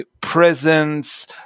presence